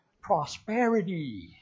prosperity